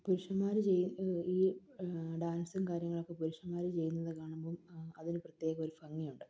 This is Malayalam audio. പുരുഷന്മാര് ഈ ഡാൻസും കാര്യങ്ങളുമൊക്കെ പുരുഷന്മാര് ചെയ്യുന്നത് കാണുമ്പോള് അതിന് പ്രത്യേകമൊരു ഭംഗിയുണ്ട്